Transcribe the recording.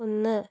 ഒന്ന്